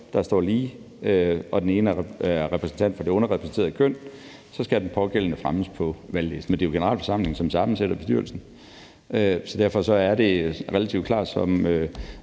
der står lige, og den ene er repræsentant for det underrepræsenterede køn, så skal den pågældende fremmes på valglisten. Men det er generalforsamlingen, som sammensætter bestyrelsen, så derfor er det relativt klart, som